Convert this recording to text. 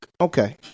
Okay